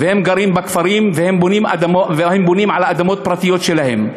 והם גרים בכפרים והם בונים על אדמות פרטיות שלהם.